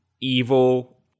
evil